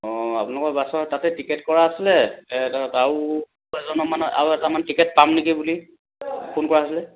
অঁ আপোনালোকৰ বাছৰ তাতে টিকেট কৰা আছিলে আৰু এজনৰ মানে আউ এটামান টিকেট পাম নেকি বুলি ফোন কৰা হৈছিলে